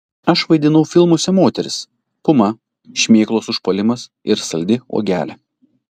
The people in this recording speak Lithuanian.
aš vaidinau filmuose moteris puma šmėklos užpuolimas ir saldi uogelė